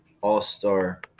All-Star